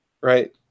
right